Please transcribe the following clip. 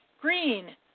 green